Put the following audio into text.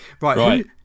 Right